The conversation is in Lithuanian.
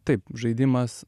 taip žaidimas